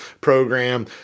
program